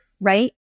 right